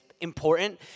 important